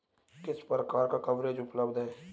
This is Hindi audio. किस प्रकार का कवरेज उपलब्ध है?